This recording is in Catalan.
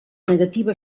negativa